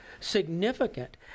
significant